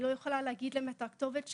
אני לא יכולה להגיד להם מה הכתובת שלנו.